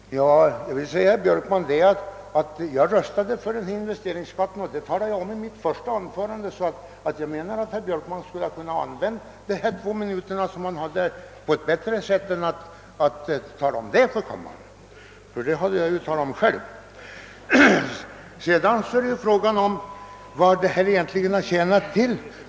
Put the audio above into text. Herr talman! Jag vill säga till herr Björkman att jag röstade för investeringsavgiften, och det talade jag om i mitt första anförande. Jag menar därför att herr Björkman skulle ha kunnat använda de två minuter som han hade till sitt förfogande på ett bättre sätt än genom att tala om den saken för kammaren. Sedan är det ju fråga om vad dessa spärrar egentligen tjänat till.